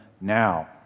now